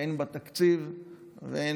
הן בתקציב והן